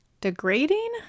degrading